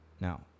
Now